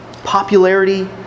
Popularity